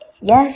Yes